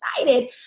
excited